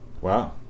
Wow